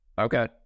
Okay